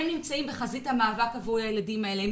הם נמצאים בחזית המאבק עבור הילדים האלה.